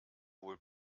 wohl